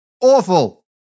Awful